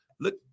look